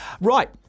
Right